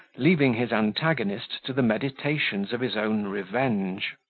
leaving his antagonist to the meditations of his own revenge.